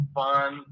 fun